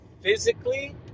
physically